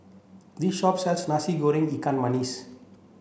this shop sells Nasi Goreng Ikan